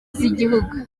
z’igihugu